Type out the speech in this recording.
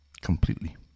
Completely